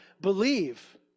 believe